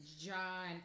John